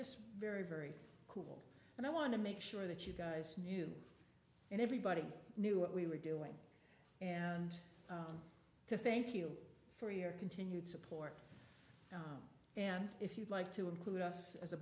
just very very cold and i want to make sure that you guys knew and everybody knew what we were doing and to thank you for your continued support and if you'd like to include us as a